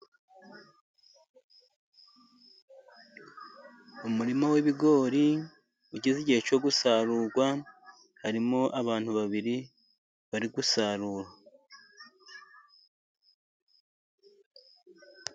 Umurima w'ibigori ugeze igihe cyo gusarurwa. Harimo abantu babiri bari gusarura.